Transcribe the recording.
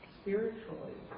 spiritually